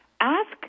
ask